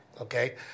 okay